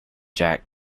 jack